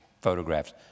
photographs